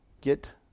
Get